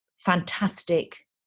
fantastic